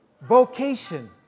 vocation